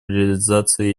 реализации